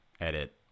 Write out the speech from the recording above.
edit